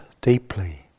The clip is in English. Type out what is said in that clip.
deeply